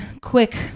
quick